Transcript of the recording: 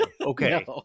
okay